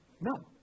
No